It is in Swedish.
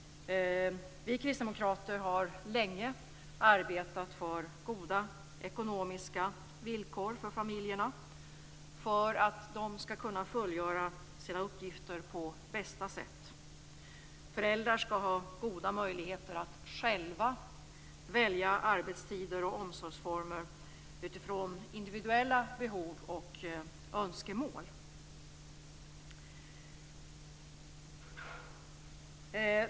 Vi kristdemokrater har länge arbetat för goda ekonomiska villkor för familjerna för att de skall kunna fullgöra sina uppgifter på bästa sätt. Föräldrar skall ha goda möjligheter att själva välja arbetstider och omsorgsformer utifrån individuella behov och önskemål.